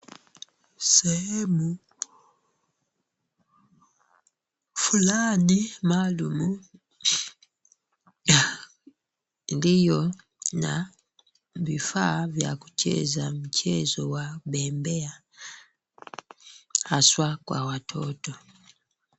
Sehemu fulani maalum iliyo na vifaa vya kucheza mchezo wa bembea haswa kwa watoto.